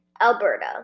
Alberta